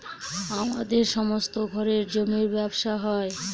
আমাদের সমস্ত ঘরে জমির ব্যবসা হয়